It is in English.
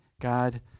God